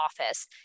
office